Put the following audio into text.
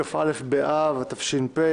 כ"א באב התש"ף,